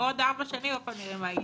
עוד ארבע שנים עוד פעם נראה מה יהיה.